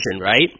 right